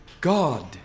god